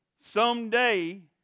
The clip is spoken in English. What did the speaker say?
Someday